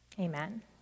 Amen